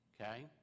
okay